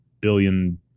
billion